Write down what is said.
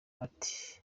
ati